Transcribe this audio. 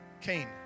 Cain